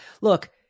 Look